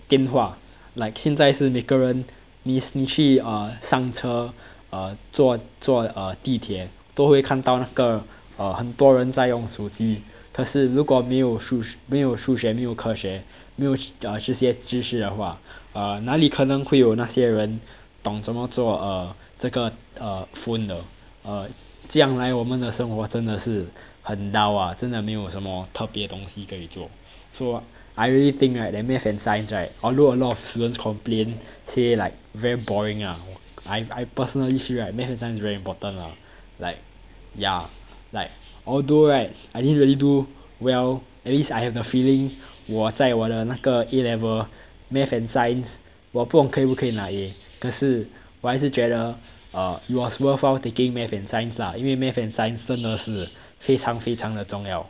电话 like 现在是每个人你你去 uh 上车 uh 坐坐 uh 地铁都会看到那个 err 很多人在用手机可是如果没有数没有数学没有科学没有这些知识的话啊哪里可能会有那些人懂这么做 uh 这个 uh phone 的 err 将来我们的生活真的是很 dull uh 真的没有什么特别东西可以做 so I really think right that math and science right although a lot of students complain say like very boring ah I I personally feel right math and science very important lah like ya like although right I didn't really do well at least I have the feeling 我在我的那个 A level math and science 我不懂可不可以拿 A 可是我还是觉得 uh it was worthwhile taking math and science 啦因为 math and science 真的是非常非常的重要